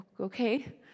Okay